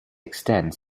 extend